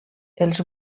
els